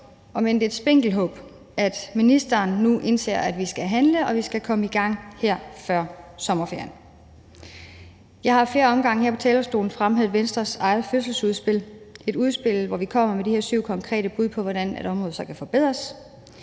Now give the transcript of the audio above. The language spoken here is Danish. om end det er et spinkelt håb, om, at ministeren nu indser, at vi skal handle, og at vi skal komme i gang her før sommerferien. Jeg har ad flere omgange her på talerstolen fremhævet Venstres eget fødselsudspil – et udspil, hvor vi kommer med syv konkrete bud på, hvordan området kan forbedres.